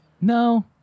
No